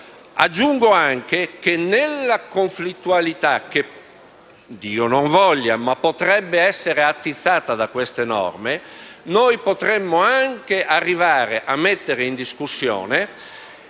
Aggiungo anche che nella conflittualità che - Dio non voglia - potrebbe essere attizzata da queste norme, potremmo anche arrivare a mettere in discussione